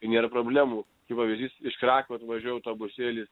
i nėra problemų kaip pavyzdys iš krakių atvažiuoja autobusėlis